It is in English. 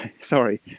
sorry